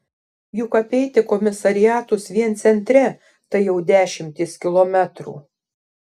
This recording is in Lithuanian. juk apeiti komisariatus vien centre tai jau dešimtys kilometrų